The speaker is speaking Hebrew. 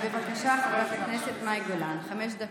בבקשה, חמש דקות.